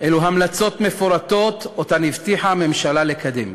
אלו המלצות מפורטות שהממשלה הבטיחה לקדם.